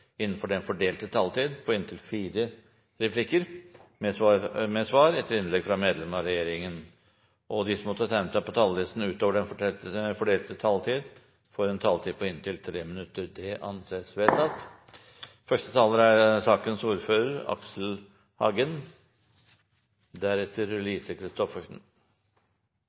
innenfor den fordelte taletid. Videre blir det foreslått at de som måtte tegne seg på talerlisten utover den fordelte taletid, får en taletid på inntil 3 minutter. – Det anses vedtatt.